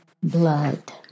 blood